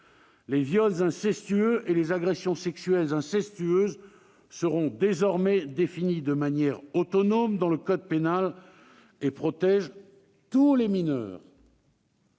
les viols incestueux et les agressions sexuelles incestueuses seront désormais définis de manière autonome dans le code pénal et protégeront tous les mineurs